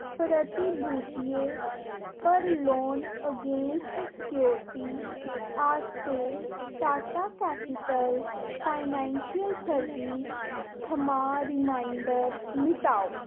प्रतिभूतियें पर loan against security आस्तै Tata Capital Financial Service थमां रिमाइंडर मिटाओ